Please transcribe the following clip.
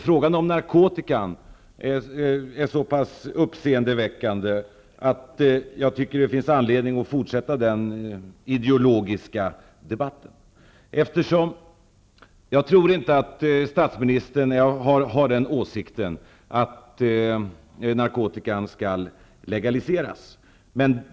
Frågan om narkotika är så uppseendeväckande att jag tycker att det finns anledning att fortsätta den ideologiska debatten. Jag tror inte att statsministern har den åsikten att narkotikan skall legaliseras.